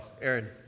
Aaron